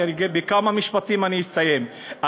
כי עוד כמה משפטים ואני אסיים.